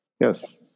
yes